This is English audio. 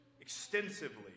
extensively